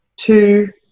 two